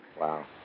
Wow